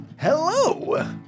Hello